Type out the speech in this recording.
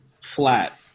flat